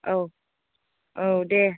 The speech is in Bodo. औ औ दे